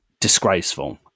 Disgraceful